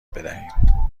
بدهیم